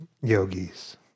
yogis